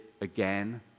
again